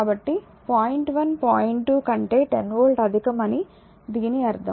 కాబట్టి point 1 point 2 కంటే 10 volt అధికం అని దీని అర్థం